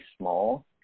small